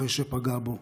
אחרי שפגע בו,